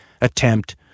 attempt